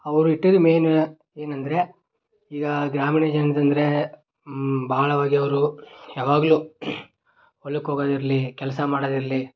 ಅವರು ಇಟ್ಟಿದ್ದು ಮೇಯ್ನ್ ಏನೆಂದ್ರೆ ಈಗ ಗ್ರಾಮೀಣ ಜನರೆಂದ್ರೆ ಬಹಳವಾಗಿ ಅವರು ಯಾವಾಗಲೂ ಹೊಲಕ್ಕೆ ಹೋಗೋದಿರಲಿ ಕೆಲಸ ಮಾಡೋದಿರಲಿ